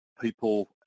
people